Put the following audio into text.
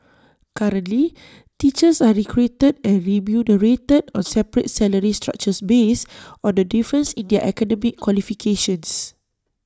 currently teachers are recruited and remunerated on separate salary structures based on the difference in their academic qualifications